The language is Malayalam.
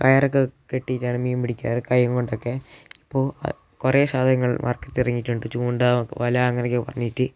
കയറൊക്കെ കെട്ടിയിട്ടാണ് മീൻ പിടിക്കാറുള്ളത് കൈയും കൊണ്ടൊക്കെ ഇപ്പോൾ കുറേ സാധനങ്ങൾ മാർക്കറ്റിൽ ഇറങ്ങിയിട്ടുണ്ട് ചൂണ്ട വല അങ്ങനെയൊക്കെ പറഞ്ഞിട്ട്